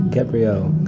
Gabrielle